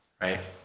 right